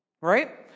right